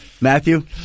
Matthew